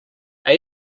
are